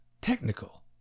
technical